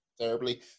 terribly